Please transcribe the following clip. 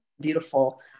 beautiful